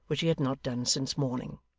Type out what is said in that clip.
which he had not done since morning.